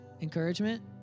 Encouragement